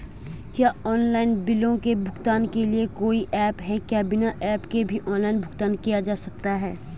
क्या ऑनलाइन बिलों के भुगतान के लिए कोई ऐप है क्या बिना ऐप के भी ऑनलाइन भुगतान किया जा सकता है?